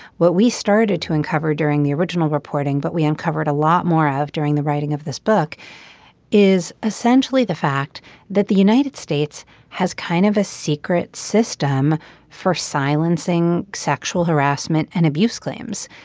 what we started to uncover during the original reporting but we uncovered a lot more of during the writing of this book is essentially the fact that the united states has kind of a secret system for silencing sexual harassment and abuse claims.